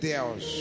Deus